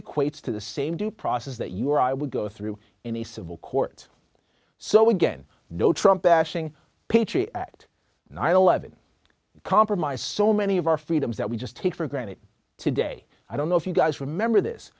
equates to the same due process that you or i would go through in a civil court so again no trump bashing patriot act nine hundred and eleven compromise so many of our freedoms that we just take for granted today i don't know if you guys remember this